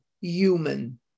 human